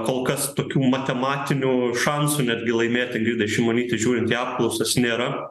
kol kas tokių matematinių šansų netgi laimėt ingridai šimonytei žiūrint į apklausas nėra